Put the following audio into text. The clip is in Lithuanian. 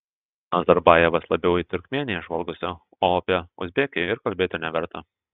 nazarbajevas labiau į turkmėniją žvalgosi o apie uzbekiją ir kalbėti neverta